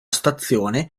stazione